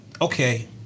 Okay